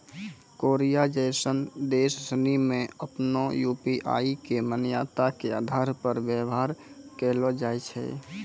Korea जैसन देश सनि मे आपनो यू.पी.आई के मान्यता के आधार पर व्यवहार कैलो जाय छै